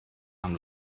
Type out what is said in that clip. amb